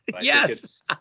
Yes